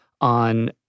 on